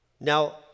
Now